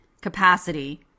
capacity